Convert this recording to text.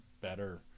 better